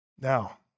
Now